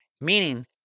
meaning